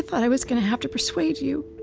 thought i was going to have to persuade you